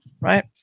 right